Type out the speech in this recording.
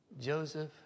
Joseph